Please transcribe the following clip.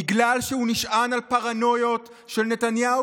בגלל שהוא נשען על פרנויות של נתניהו